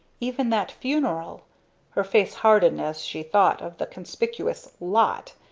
even that funeral her face hardened as she thought of the conspicuous lot,